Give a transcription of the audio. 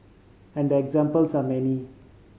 and the examples are many